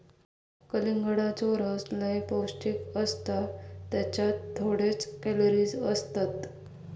कलिंगडाचो रस लय पौंष्टिक असता त्येच्यात थोडेच कॅलरीज असतत